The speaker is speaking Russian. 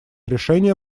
решение